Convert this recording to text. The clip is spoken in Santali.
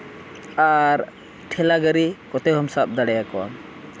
ᱟᱨ ᱴᱷᱮᱞᱟ ᱜᱟᱹᱨᱤ ᱠᱚᱛᱮ ᱦᱚᱸᱢ ᱥᱟᱵ ᱫᱟᱲᱮᱭᱟᱠᱚᱣᱟ